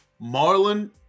Marlon